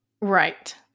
Right